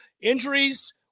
injuries